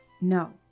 No